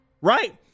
Right